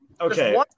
Okay